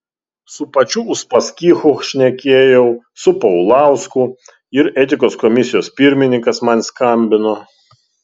su pačiu uspaskichu šnekėjau su paulausku ir etikos komisijos pirmininkas man skambino